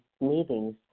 meetings